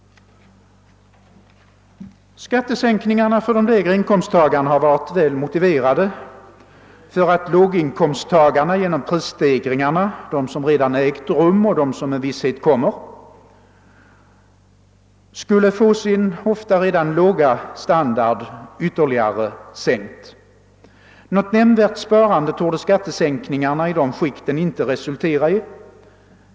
Skattesänkningarna för de lägre inkomsttagarna har varit väl motiverade för att inte låginkomsttagarna genom prisstegringarna — de som redan ägt rum och de som med visshet kommer — skulle få sin ofta redan låga standard ytterligare sänkt. Något nämnvärt sparande torde skattesänkningarna i de skikten inte resultera i.